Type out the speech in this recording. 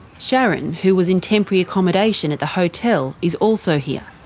sharron, who was in temporary accommodation at the hotel, is also here.